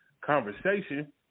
conversation